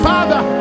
Father